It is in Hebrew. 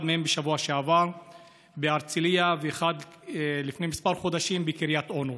אחד מהם בשבוע שעבר בהרצליה ואחד לפני כמה חודשים בקריית אונו.